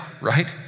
right